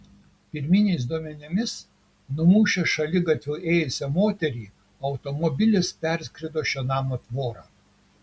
pirminiais duomenimis numušęs šaligatviu ėjusią moterį automobilis perskrido šio namo tvorą